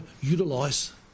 utilise